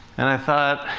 and i thought